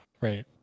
right